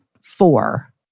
four